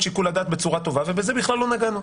שיקול הדעת בצורה טובה ובזה כלל לא נגענו.